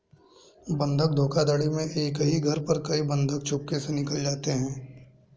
बंधक धोखाधड़ी में एक ही घर पर कई बंधक चुपके से निकाले जाते हैं